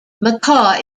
macau